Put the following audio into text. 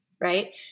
right